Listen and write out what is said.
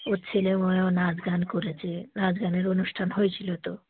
ওর ছেলেময়ে নাচ গান করেছে নাচ গানের অনুষ্ঠান হয়েছিলো তো